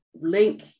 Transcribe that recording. link